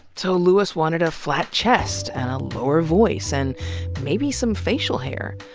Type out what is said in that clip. so lewis wanted a flat chest and a lower voice, and maybe some facial hair.